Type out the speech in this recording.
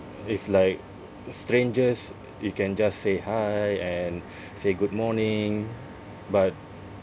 it's like strangers you can just say hi and say good morning but